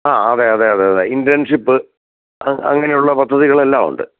ആ അതെ അതെ അതെ അതെ ഇൻറ്റേൺഷിപ്പ് അങ്ങനെയുള്ള പദ്ധതികളെല്ലാം ഉണ്ട്